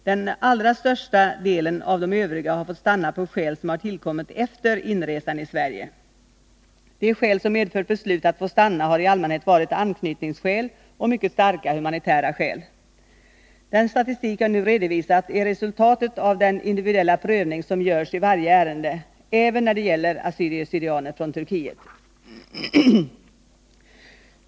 Den allra största delen av de övriga har fått stanna på skäl som har tillkommit efter inresan i Sverige. De skäl som medfört beslut att få stanna har i allmänhet varit anknytningsskäl och mycket starka humanitära skäl. Den statistik jag nu redovisat är resultatet av den individuella prövning som görs i varje ärende, även när det gäller assyrier/syrianer från Turkiet.